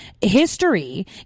history